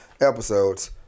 episodes